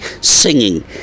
singing